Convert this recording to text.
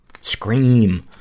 scream